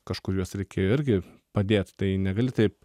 kažkur juos reikėjo irgi padėt tai negali taip